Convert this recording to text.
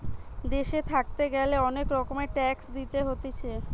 দেশে থাকতে গ্যালে অনেক রকমের ট্যাক্স দিতে হতিছে